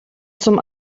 zum